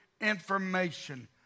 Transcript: information